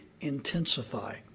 intensify